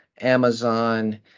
Amazon